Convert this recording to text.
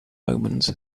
omens